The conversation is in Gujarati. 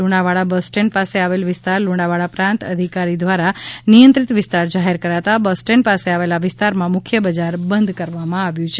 લુણાવાડા બસસ્ટેન્ડ પાસે આવેલ વિસ્તાર લુણાવાડા પ્રાંત અધિકારી દ્વારા નિયંત્રિત વિસ્તાર જાહેર કરતા બસ સ્ટેન્ડ પાસે આવેલ વિસ્તારમાં મુખ્ય બઝાર બંધ કરવામાં આવ્યું છે